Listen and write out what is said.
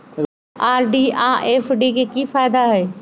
RD आ FD के कि फायदा हई?